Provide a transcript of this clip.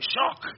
Shock